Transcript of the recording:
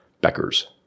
Becker's